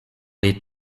les